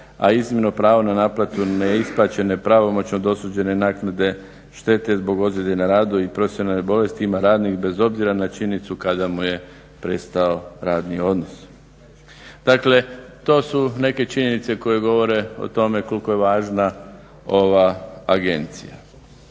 a iznimno pravo na isplatu neisplaćene pravomoćno dosuđene naknade štete zbog ozljede na radu i profesionalne bolesti ima radnik bez obzira na činjenicu kada mu je prestao radni odnos. Dakle, to su neke činjenice koje govore o tome koliko je važna ova agencija.